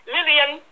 Lillian